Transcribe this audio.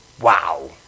Wow